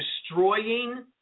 destroying